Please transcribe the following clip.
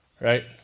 Right